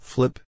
Flip